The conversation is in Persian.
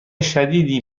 شدیدی